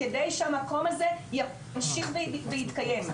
כדי שהמקום הזה ימשיך ויתקיים.